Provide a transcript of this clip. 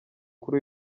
kuri